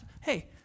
Hey